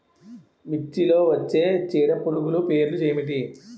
మిర్చిలో వచ్చే చీడపురుగులు పేర్లు ఏమిటి?